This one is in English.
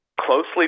closely